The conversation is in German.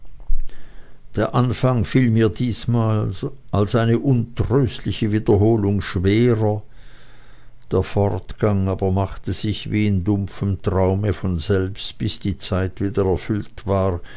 der anfang fiel mir diesmal als eine untröstliche wiederholung schwerer der fortgang aber machte sich wie in dumpfem traume von selbst bis die zeit wieder erfüllt war